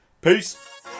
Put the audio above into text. Peace